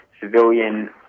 civilian